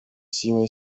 силой